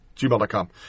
Gmail.com